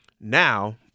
now